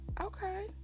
okay